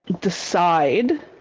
decide